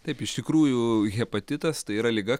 taip iš tikrųjų hepatitas tai yra liga